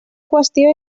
qüestió